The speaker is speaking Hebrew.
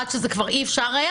עד שכבר אי אפשר היה